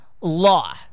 law